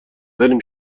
بریم